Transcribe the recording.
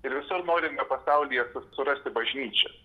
ir visur norime pasaulyje surasti bažnyčias